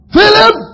Philip